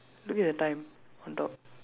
look at the time on top